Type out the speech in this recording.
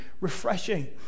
refreshing